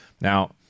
now